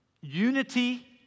unity